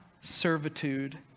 servitude